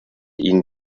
ihnen